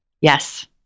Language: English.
Yes